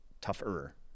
tougher